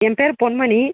என் பெயரு பொன்மணி